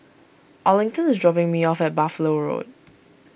Arlington is dropping me off at Buffalo Road